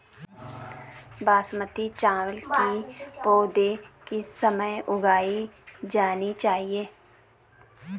बासमती चावल की पौध किस समय उगाई जानी चाहिये?